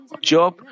Job